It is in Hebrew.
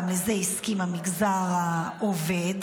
גם לזה הסכים המגזר העובד,